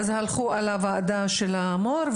הם הולכים לוועדת המו"ר,